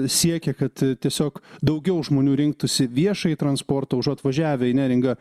siekia kad tiesiog daugiau žmonių rinktųsi viešąjį transportą užuot važiavę į neringą